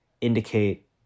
indicate